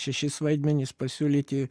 šešis vaidmenis pasiūlyti